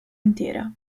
intera